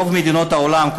רוב מדינות העולם,